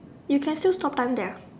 you can still stop them there